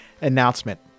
announcement